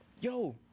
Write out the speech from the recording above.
Yo